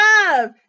love